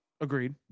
Agreed